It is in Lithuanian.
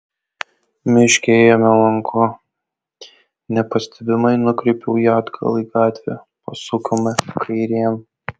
miške ėjome lanku nepastebimai nukreipiau ją atgal į gatvę pasukome kairėn